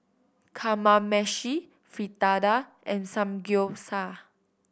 Kamameshi Fritada and Samgyeopsal